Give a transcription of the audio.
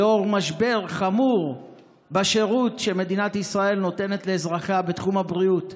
לנוכח משבר חמור בשירות שמדינת ישראל נותנת לאזרחיה בתחום הבריאות.